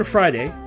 Friday